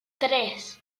tres